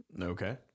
Okay